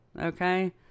okay